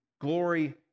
glory